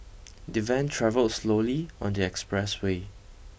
the van travelled slowly on the expressway